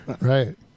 Right